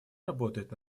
работает